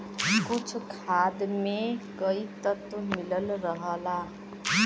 कुछ खाद में कई तत्व मिलल रहला